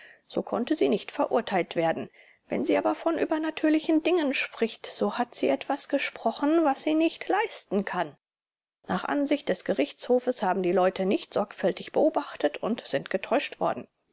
so konnte sie nicht verurteilt werden wenn sie aber von übernatürlichen dingen spricht so hat sie etwas gesprochen was sie nicht leisten kann nach ansicht des gerichtshofes haben die leute nicht sorgfältig beobachtet und sind getäuscht worden